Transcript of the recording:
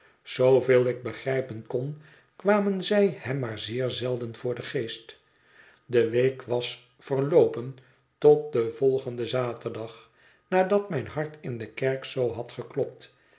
zooveel ik begrijpen kon kwamen zij hem maar zeer zelden voor den geest de week was verloopen tot den volgenden zaterdag nadat mijn hart in de kerk zoo had geklopt